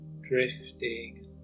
drifting